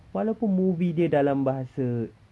walaupun movie dia dalam bahasa